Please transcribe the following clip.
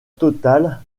total